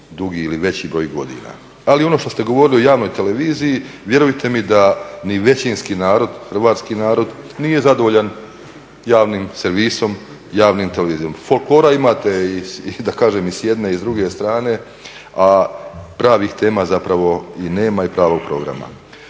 dugi ili već broj godina. Ali ono što ste govorili o javnoj televiziji vjerujte mi da ni većinski narod hrvatski narod nije zadovoljan javnim servisom, javnom televizijom. Folklora imate i s jedne i s druge strane, a pravih tema i pravog programa